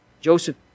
Joseph